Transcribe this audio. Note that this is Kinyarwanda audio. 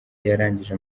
yarangije